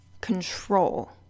control